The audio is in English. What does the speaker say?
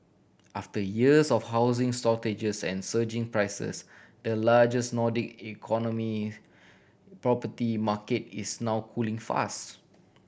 after years of housing shortages and surging prices the largest Nordic economy property market is now cooling fast